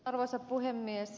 arvoisa puhemies